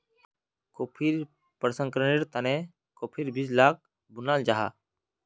कॉफ़ीर प्रशंकरनेर तने काफिर बीज लाक भुनाल जाहा